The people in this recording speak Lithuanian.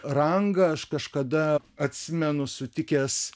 rangą aš kažkada atsimenu sutikęs